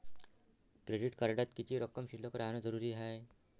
Credit कार्डात किती रक्कम शिल्लक राहानं जरुरी हाय?